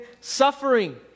suffering